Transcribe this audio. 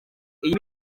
iyi